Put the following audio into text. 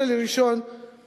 19 בינואר 2012,